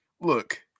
Look